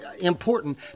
important